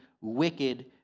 wicked